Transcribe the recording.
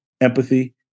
empathy